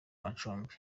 amacumbi